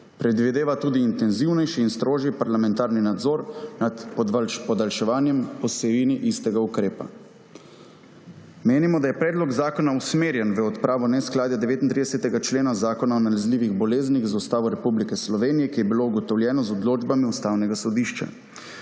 Predvideva tudi intenzivnejši in strožji parlamentarni nadzor nad podaljševanjem po vsebini istega ukrepa. Menimo, da je predlog zakona usmerjen v odpravo neskladja 39. člena Zakona o nalezljivih boleznih z Ustavo Republike Slovenije, ki je bilo ugotovljeno z odločbami Ustavnega sodišča.